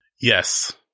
Yes